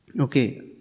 Okay